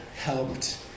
helped